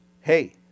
hey